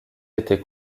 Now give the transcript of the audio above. été